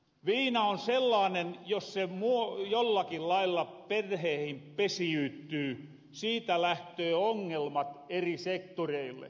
viina on sellaanen jos se jollakin lailla perheehin pesiytyy siitä lähtöö ongelmat eri sektoreille